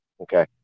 okay